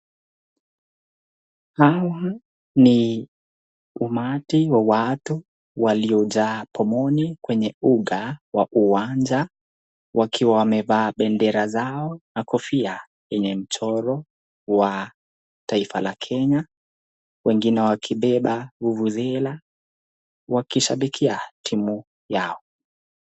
Hawa ni umati wa watu waliojaa pomoni kwenye uga wa uwanja wakiwa wamevaa bendera zao na kofia yenye mchoro wa taifa la Kenya. Wengine wakibebe vuvuzela wakishabikia timu yao.